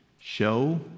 show